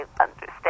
understand